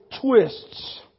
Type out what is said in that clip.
twists